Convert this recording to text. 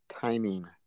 timing